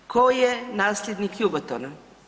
Tko je nasljednik Jugotona?